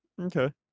Okay